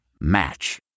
Match